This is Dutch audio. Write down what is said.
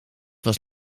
was